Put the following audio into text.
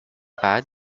bad